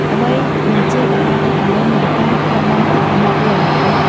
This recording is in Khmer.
ដើម្បីបញ្ជៀសវិបត្តិទឹកជំនន់ និងការខ្វះខាតទឹកនាពេលអនាគត។